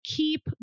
keep